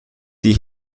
die